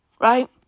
Right